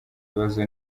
bibazo